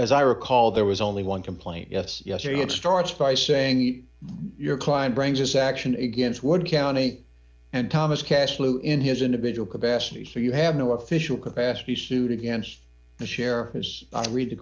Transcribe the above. as i recall there was only one complaint yes yes or no starts by saying your client brings us action against one county and thomas cashflow in his individual capacity so you have no official capacity suit against the sheriff who's read the